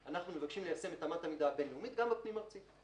מבקשים ליישם את אמת המידה הבין לאומית גם בפנים ארצי.